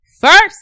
first